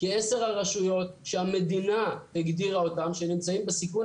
כי עשר הרשויות שהמדינה הגדירה אותן שנמצאות בסיכון